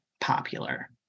popular